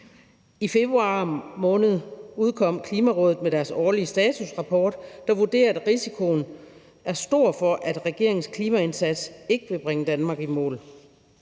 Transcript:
I februar måned udkom Klimarådet med deres årlige statusrapport, der vurderer, at risikoen er stor for, at regeringens klimaindsats ikke vil bringe Danmark i mål.